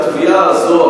שהתביעה הזאת,